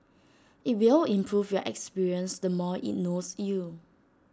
IT will improve your experience the more IT knows you